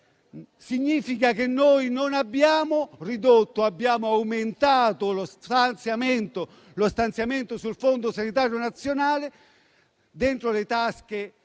significa che noi non abbiamo ridotto, bensì aumentato lo stanziamento sul Fondo sanitario nazionale. Dentro le tasche degli